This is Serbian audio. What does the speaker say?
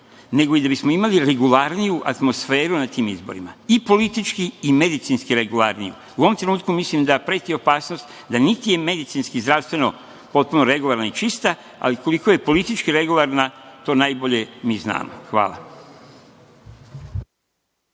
nego da bismo imali regularniju atmosferu na tim izborima, politički i medicinski regularniju. U ovom trenutku mislim da preti opasnost, da niti je medicinski, zdravstveno potpuno regularna i čista, ali koliko je politički regularna, to najbolje mi znamo. Hvala.